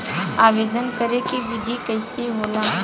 आवेदन करे के विधि कइसे होला?